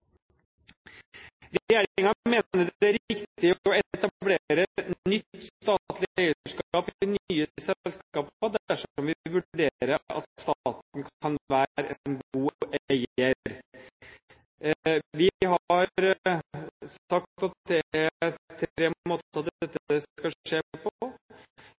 Regjeringen mener det er riktig å etablere nytt statlig eierskap i nye selskaper dersom vi vurderer at staten kan være en god eier. Vi har sagt at det er tre måter dette skal skje på.